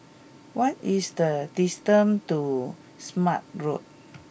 what is the distance to Smart Road